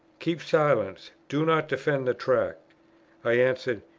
keep silence do not defend the tract i answered,